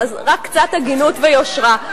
רק קצת הגינות ויושרה,